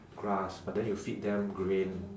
grass but then you feed them grain